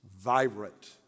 vibrant